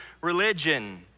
religion